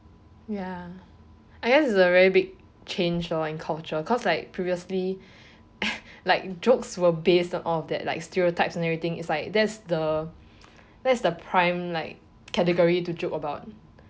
ya I guess is a very big change lor in culture cause like previously like jokes were based of that like stereotypes and everything is like that's the that's the prime like category to joke about